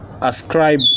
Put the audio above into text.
ascribe